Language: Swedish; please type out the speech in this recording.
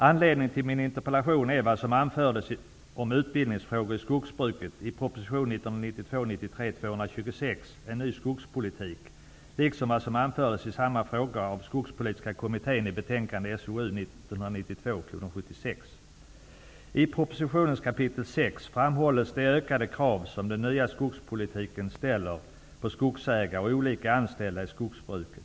Anledningen till interpellationen är vad som anfördes om utbildningsfrågor i skogsbruket i proposition I propositionens kap. 6 framhålls de ökade krav som den nya skogspolitiken ställer på skogsägare och anställda i skogsbruket.